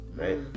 right